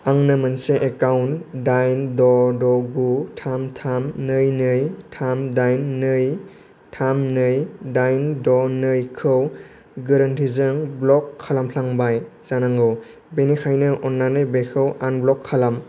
आंनो मोनसे एकाउन्ट दाइन द' द' गु थाम थाम नै नै थाम दाइन नै थाम नै दाइन द' नैखौ गोरोन्थिजों ब्ल'क खालामफ्लांबाय जानांगौ बेनिखायनो अन्नानै बेखौ आनब्ल'क खालाम